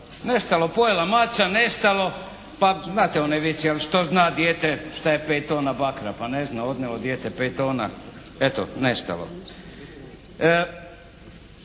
Nestalo, pojela maca, nestalo. Pa, znate onaj vic, jel' što zna dijete, šta je pet tona bakra? Pa, ne zna. Odnijelo dijete pet tona. Eto, nestalo.